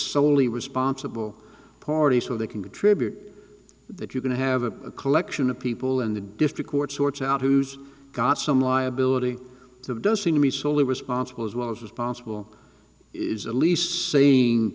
solely responsible party so they can contribute that you're going to have a collection of people in the district court sorts out who's got some liability so it does seem to me soley responsible as well as responsible is a least saying